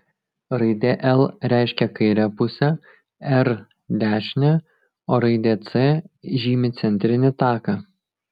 raidė l reiškia kairę pusę r dešinę o raidė c žymi centrinį taką